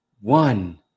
one